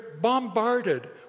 bombarded